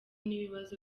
n’ibibazo